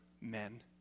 men